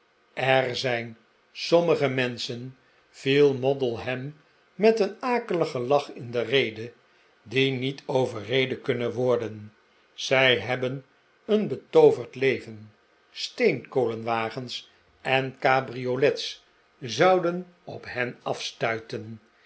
er zijn sommige menschen viel moddle hem met een akeligen lach in de rede m die niet overreden kunnen worden zij hebben een betooverd leven steenkolenwagens en cabriolets zouden op hen